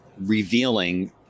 revealing